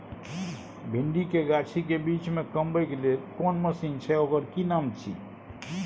भिंडी के गाछी के बीच में कमबै के लेल कोन मसीन छै ओकर कि नाम छी?